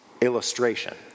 illustration